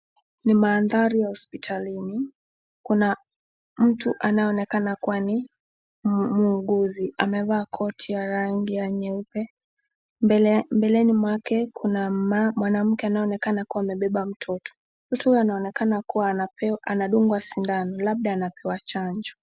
Ni mandhari ya hospitalini, kuna mtu anayeonekana kuwa ni muuguzi amevaa koti ya rangi ya nyeupe mbeleni mwake kuna mwanamke anayeonekana kuwa amebeba mtoto, mtoto huyu anaonekana kuwa andungwa sindano labda anapewa chanjo.